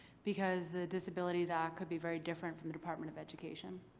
because the disabilities act could be very different from the department of education.